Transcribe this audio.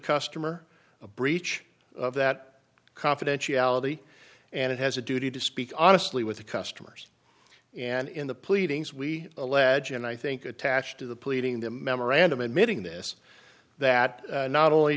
customer a breach of that confidentiality and it has a duty to speak honestly with the customers and in the pleadings we allege and i think attached to the pleading the memorandum admitting this that not only